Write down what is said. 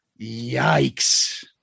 Yikes